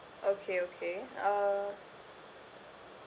okay okay uh